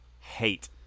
hate